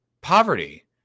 poverty